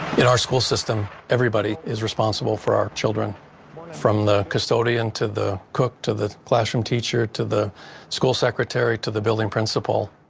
and our school system, everybody is responsible for our children from the custodian to the cook to the classroom teacher to the school secretary to the building principal.